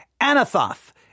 Anathoth